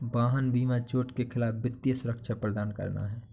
वाहन बीमा चोट के खिलाफ वित्तीय सुरक्षा प्रदान करना है